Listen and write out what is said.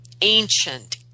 ancient